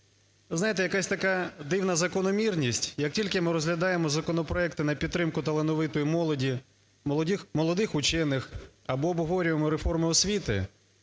знаєте, якась така дивна закономірність: як тільки ми розглядаємо законопроекти на підтримку талановитої молоді, молодих вчених або обговорюємо реформи освіти,